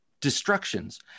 destructions